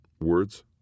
words